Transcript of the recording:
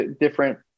different